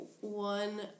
One